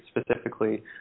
specifically